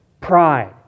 pride